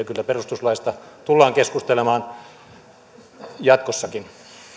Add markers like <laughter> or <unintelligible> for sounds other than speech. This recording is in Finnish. <unintelligible> kyllä perustuslaista tullaan keskustelemaan jatkossakin